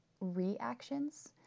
reactions